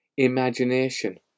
imagination